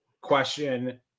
question